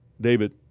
David